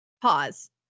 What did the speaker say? Pause